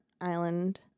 island